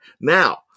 Now